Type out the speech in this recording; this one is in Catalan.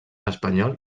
espanyol